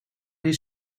his